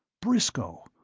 briscoe!